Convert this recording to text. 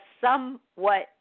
somewhat